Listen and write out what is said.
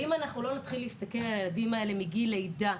ואם אנחנו לא נתחיל להסתכל על הילדים האלה מגיל לידה,